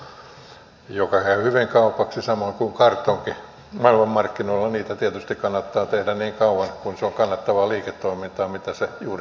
sen sijaan sellua joka käy hyvin kaupaksi maailmanmarkkinoilla samoin kuin kartonkia tietysti kannattaa tehdä niin kauan kuin se on kannattavaa liiketoimintaa mitä se juuri tällä hetkellä ainakin on